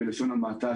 בלשון המעטה,